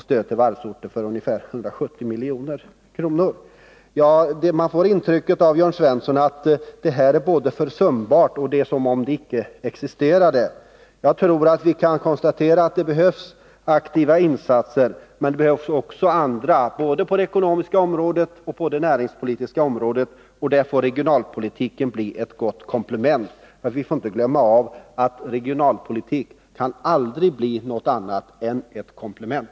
Stöd till varvsorter skall utgå med ca 170 milj.kr. Man får det intrycket av Jörn Svensson att detta är försumbart eller att det icke existerade. Jag tror att vi kan konstatera att det behövs aktiva insatser. Men det behövs ytterligare insatser både på det ekonomiska området och på det näringspolitiska området, och till detta får regionalpolitiken bli ett gott komplement. Vi får inte glömma att regionalpolitik aldrig kan bli något annat än ett komplement.